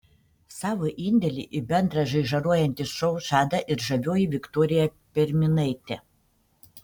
savo indėlį į bendrą žaižaruojantį šou žada ir žavioji viktorija perminaitė